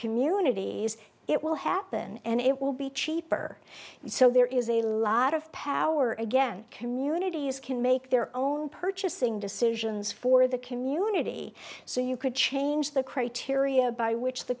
communities it will happen and it will be cheaper so there is a lot of power again communities can make their own purchasing decisions for the community so you could change the criteria by which the